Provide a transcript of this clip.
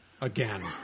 Again